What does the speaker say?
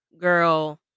girl